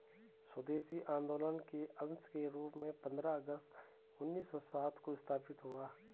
स्वदेशी आंदोलन के अंश के रूप में पंद्रह अगस्त उन्नीस सौ सात को स्थापित हुआ